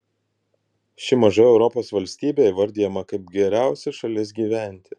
ši maža europos valstybė įvardijama kaip geriausia šalis gyventi